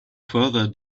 further